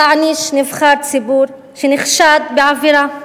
תעניש נבחר ציבור שנחשד בעבירה.